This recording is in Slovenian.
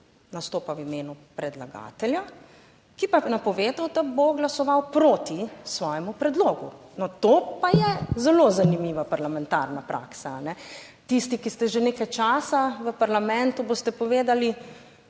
nastopa v imenu predlagatelja, ki pa je napovedal, da bo glasoval proti svojemu predlogu. No, to pa je zelo zanimiva parlamentarna praksa. Tisti, ki ste že nekaj časa v parlamentu, boste povedali,